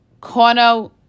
Kono